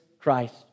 Christ